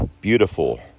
beautiful